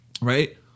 Right